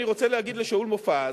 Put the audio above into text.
אני רוצה להגיד לשאול מופז,